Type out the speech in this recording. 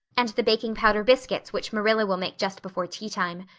and the baking-powder biscuits which marilla will make just before teatime.